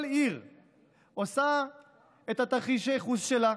כל עיר עושה את תרחיש הייחוס שלה.